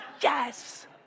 yes